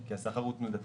כי השכר הוא תנודתי.